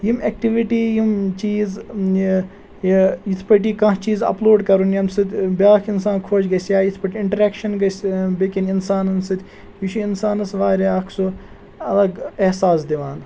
یِم ایٚکٹِوِٹی یِم چیٖز یہِ یہِ یِتھ پٲٹھی کانٛہہ چیٖز اَپلوڈ کَرُن ییٚمہِ سۭتۍ بیاکھ اِنسان خۄش گَژھہِ یا یِتھ پٲٹھۍ اِنٹرٛیکشَن گَژھہِ ٲں بیٚکیٚن اِنسانَن سۭتۍ یہِ چھُ اِنسانَس واریاہ اَکھ سُہ الگ احساس دِوان